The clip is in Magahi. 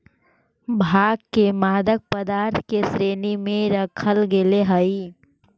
भाँग के मादक पदार्थ के श्रेणी में रखल गेले हइ